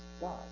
God